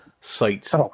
sites